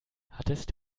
hattest